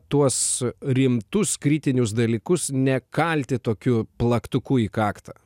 tuos rimtus kritinius dalykus nekalti tokiu plaktuku į kaktą